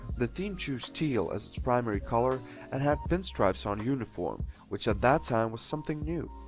the team chose teal as its primary color and had pin stripes on uniform which at that time was something new.